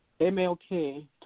MLK